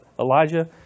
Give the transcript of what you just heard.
Elijah